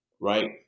right